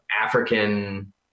African